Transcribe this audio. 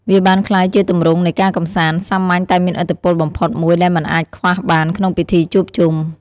វាបានក្លាយជាទម្រង់នៃការកម្សាន្ត សាមញ្ញតែមានឥទ្ធិពលបំផុតមួយដែលមិនអាចខ្វះបានក្នុងពិធីជួបជុំ។